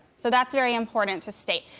so, that's very important to state.